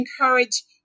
encourage